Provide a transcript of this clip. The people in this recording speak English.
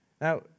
Now